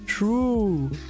True